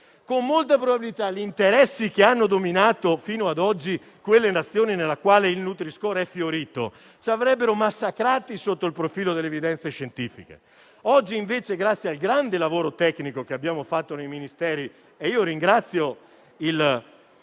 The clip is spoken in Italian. con molta probabilità gli interessi che hanno dominato fino ad oggi quelle Nazioni, nelle quali il nutri-score è fiorito, ci avrebbero massacrati sotto il profilo delle evidenze scientifiche. Oggi invece dobbiamo ringraziare il grande lavoro tecnico che abbiamo fatto nei Ministeri. Ringrazio il